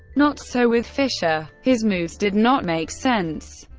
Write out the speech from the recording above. not so with fischer. his moves did not make sense.